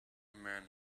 man